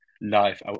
life